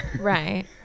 Right